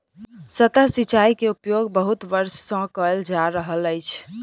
सतह सिचाई के उपयोग बहुत वर्ष सँ कयल जा रहल अछि